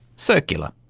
circular.